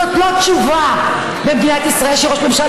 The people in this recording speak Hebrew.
זאת לא תשובה במדינת ישראל שראש ממשלה